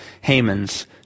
Haman's